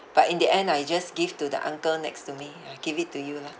but in the end I just give to the uncle next to me I give it to you lah